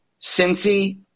Cincy